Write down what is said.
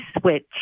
switch